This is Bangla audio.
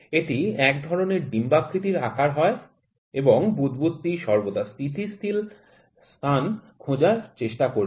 এটি এক ধরণের ডিম্বাকৃতি আকার হয় এবং বুদবুদটি সর্বদা স্থিতিশীল স্থান খোঁজার চেষ্টা করবে